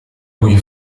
cui